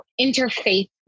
interfaith